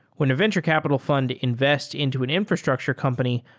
when a venture capital fund invests into an infrastructure company,